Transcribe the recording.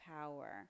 power